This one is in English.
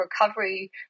recovery